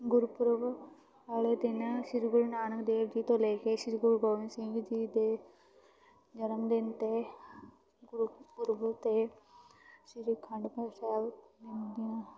ਗੁਰਪੁਰਬ ਵਾਲੇ ਦਿਨ ਸ਼੍ਰੀ ਗੁਰੂ ਨਾਨਕ ਦੇਵ ਜੀ ਤੋਂ ਲੈ ਕੇ ਸ਼੍ਰੀ ਗੁਰੂ ਗੋਬਿੰਦ ਸਿੰਘ ਜੀ ਦੇ ਜਨਮਦਿਨ 'ਤੇ ਗੁਰਪੂਰਬ 'ਤੇ ਸ਼੍ਰੀ ਅਖੰਡ ਪਾਠ ਸਾਹਿਬ